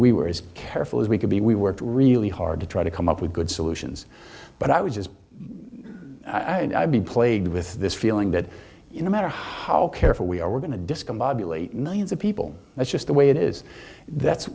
we were as careful as we could be we worked really hard to try to come up with good solutions but i was as i've been plagued with this feeling that no matter how careful we are we're going to discombobulate millions of people that's just the way it is that's